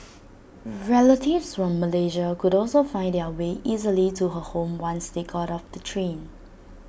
relatives from Malaysia could also find their way easily to her home once they got off the train